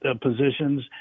positions